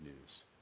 news